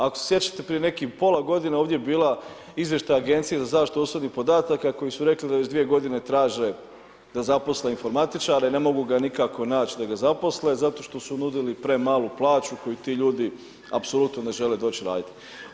Ako se sjećate prije nekih pola godine ovdje je bila Izvještaj Agencije za zaštitu osobnih podataka koji su rekli da već dvije godine traže da zaposle informatičare, ne mogu ga nikako nać da ga zaposle zato što su nudili premalu plaću koju ti ljudi apsolutno ne žele doći raditi.